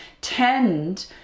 tend